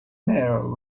matter